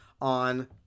on